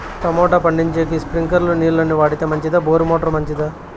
Tomato పండించేకి స్ప్రింక్లర్లు నీళ్ళ ని వాడితే మంచిదా బోరు మోటారు మంచిదా?